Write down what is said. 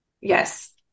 Yes